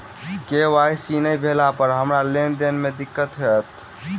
KYC नै भेला पर हमरा लेन देन मे दिक्कत होइत?